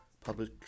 public